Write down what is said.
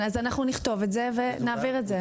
אנחנו נכתוב את זה ונעביר את זה.